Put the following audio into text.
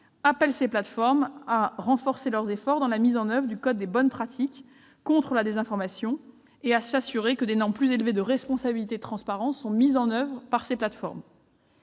appellent ces plateformes à renforcer leurs efforts dans la mise en oeuvre du code de bonnes pratiques contre la désinformation et à garantir des normes plus élevées de responsabilité et de transparence. Quatrième sujet, nous restons